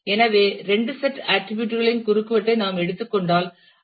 எனவே இரண்டு set attribute களின் குறுக்குவெட்டை நாம் எடுத்துக் கொண்டால் ஐ